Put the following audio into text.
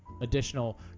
additional